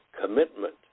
commitment